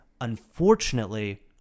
Unfortunately